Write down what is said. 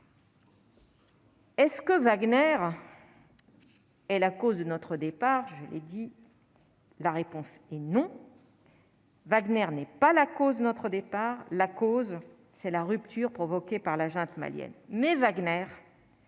Est ce que Wagner et la cause de notre départ, j'ai dit. La réponse est non. Wagner n'est pas la cause notre départ la cause, c'est la rupture provoquée par la junte malienne mais Wagner